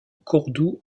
cordoue